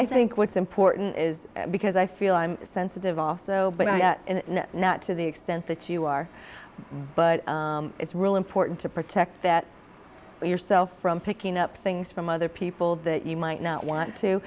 i think what's important is because i feel i'm sensitive also but not to the extent that you are but it's real important to protect that yourself from picking up things from other people that you might not want to